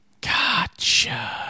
Gotcha